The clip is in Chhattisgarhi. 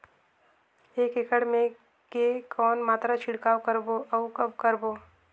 एक एकड़ मे के कौन मात्रा छिड़काव करबो अउ कब करबो?